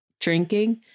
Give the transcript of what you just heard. drinking